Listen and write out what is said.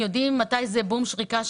יודעים מתי זה בום שריקה,